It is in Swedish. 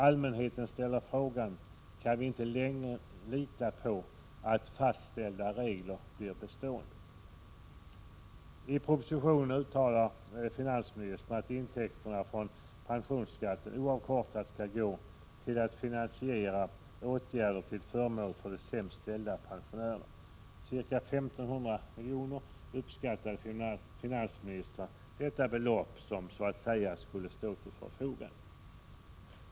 Allmänheten ställer frågan: Kan vi inte längre lita på att fastställda regler blir bestående? I propositionen uttalar finansministern att intäkterna från pensionsskatten —- oavkortat — skall gå till att finansiera åtgärder till förmån för de sämst ställda pensionärerna. Ca 1 500 miljoner uppskattade finansministern det belopp till som så att säga skulle stå till förfogande.